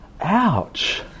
Ouch